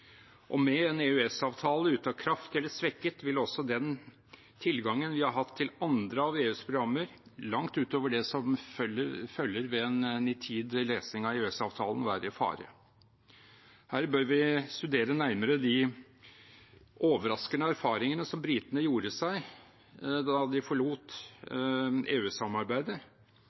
Med en EØS-avtale ute av kraft eller svekket vil også den tilgangen vi har hatt til andre av EUs programmer, langt utover det som følger av en nitid lesning av EØS-avtalen, være i fare. Her bør vi studere nærmere de overraskende erfaringene som britene gjorde seg da de forlot